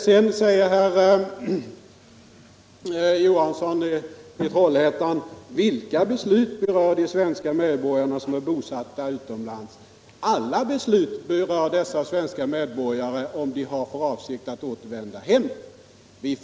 Slutligen frågade herr Johansson i Trollhättan vilka beslut av riksdagen som berör de svenska medborgare som är bosatta utomlands. Där vill jag att alla beslut berör sådana svenska medborgare, om de har för avsikt att återvända hem.